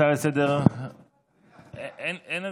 הצעה לסדר-יום,